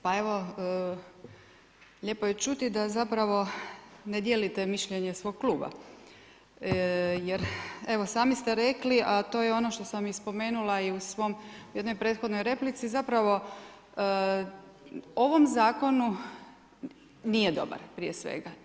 Pa evo, lijepo je čuti da zapravo ne dijelite mišljenje svog kluba je evo, sami ste rekli, a to je ono što sam i spomenula i u jednoj prethodnoj replici, zapravo ovaj Zakon nije dobar, prije svega.